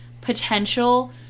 potential